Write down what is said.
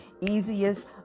easiest